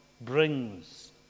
brings